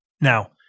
Now